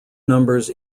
numbers